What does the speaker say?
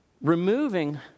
removing